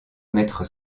maître